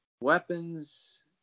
weapons